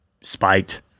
spiked